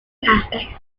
aspects